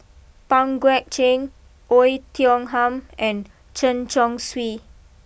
Pang Guek Cheng Oei Tiong Ham and Chen Chong Swee